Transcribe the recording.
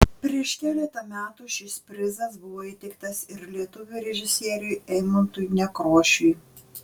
prieš keletą metų šis prizas buvo įteiktas ir lietuvių režisieriui eimuntui nekrošiui